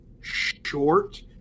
short